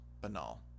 banal